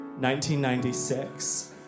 1996